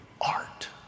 art